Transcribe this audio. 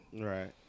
right